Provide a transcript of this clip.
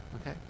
Okay